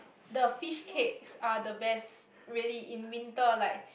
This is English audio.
the fishcakes are the best really in winter like